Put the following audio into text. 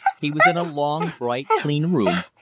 he was in a long, bright, clean room,